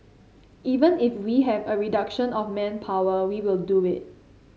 even if we have a reduction of manpower we will do it